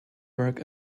work